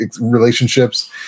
relationships